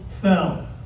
fell